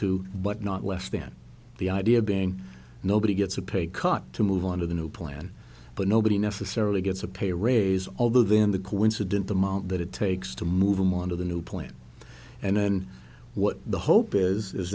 to but not less than the idea being nobody gets a pay cut to move on to the new plan but nobody necessarily gets a pay raise although then the coincident amount that it takes to move them on to the new plan and then what the hope is is